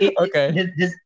okay